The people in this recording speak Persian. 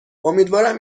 امیدوارم